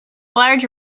large